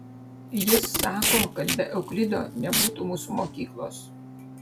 jis sako kad be euklido nebūtų mūsų mokyklos